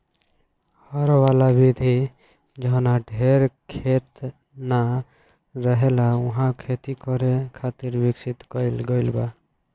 हर वाला विधि जाहवा ढेर खेत ना रहेला उहा खेती करे खातिर विकसित कईल गईल बा